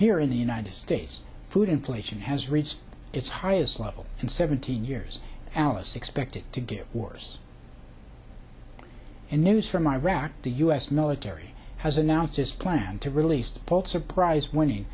here in the united states food inflation has reached its highest level in seventeen years alice expected to get worse and news from iraq the u s military has announced his plan to release the pulitzer prize winning